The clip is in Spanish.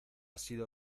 sido